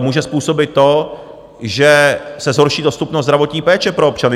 Může způsobit to, že se dále zhorší dostupnost zdravotní péče pro občany.